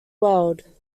world